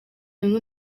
bimwe